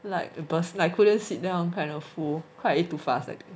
like burst like couldn't sit down kind of full cause I ate too fast I think